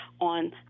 on